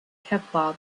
kevlar